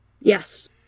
Yes